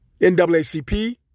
NAACP